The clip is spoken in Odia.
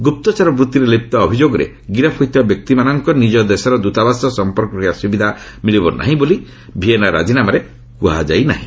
ଗୁପ୍ତଚର ବୂଭିରେ ଲିପ୍ତ ଅଭିଯୋଗରେ ଗିରଫ ହୋଇଥିବା ବ୍ୟକ୍ତିମାନଙ୍କୁ ନିଜ ଦେଶର ଦୂତାବାସ ସହ ସଂପର୍କ ରଖିବା ସୁବିଧା ମିଳିବ ନାହିଁ ବୋଲି ଭିଏନା ରାଜିନାମାରେ କୁହାଯାଇ ନାହିଁ